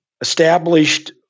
established